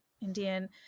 Indian